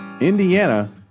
Indiana